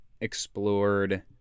explored